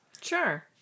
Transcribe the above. Sure